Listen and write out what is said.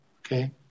okay